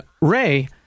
Ray